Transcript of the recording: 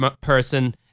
person